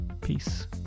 peace